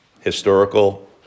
historical